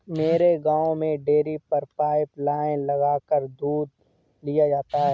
मेरे गांव में डेरी पर पाइप लाइने लगाकर दूध लिया जाता है